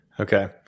Okay